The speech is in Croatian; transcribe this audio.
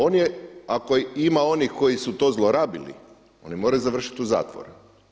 On je, ako ima onih koji su to zlorabili oni moraju završiti u zatvoru.